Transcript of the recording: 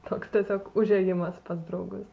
toks tiesiog užėjimas pas draugus